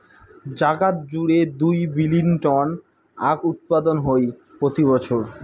জাগাত জুড়ে দুই বিলীন টন আখউৎপাদন হই প্রতি বছর